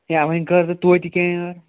ہے وۅنۍ کَر تہٕ توتہِ کیٚنٛہہ یارٕ